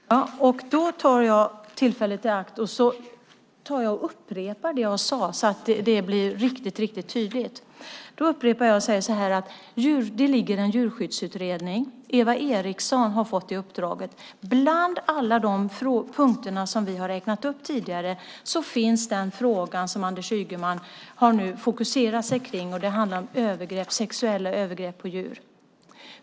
Herr talman! Då tar jag tillfället i akt att upprepa det jag sade, så att det blir riktigt tydligt. Det pågår en djurskyddsutredning. Eva Eriksson har fått det uppdraget. Bland alla de punkter som vi har räknat upp tidigare finns den fråga som Anders Ygeman nu fokuserar på, nämligen sexuella övergrepp på djur.